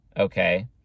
okay